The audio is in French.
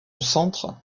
centre